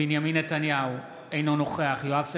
בנימין נתניהו, אינו נוכח יואב סגלוביץ'